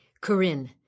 Corinne